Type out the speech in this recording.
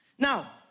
Now